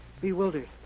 Bewildered